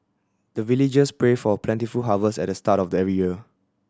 the villagers pray for plentiful harvest at the start of the every year